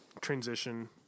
transition